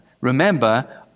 remember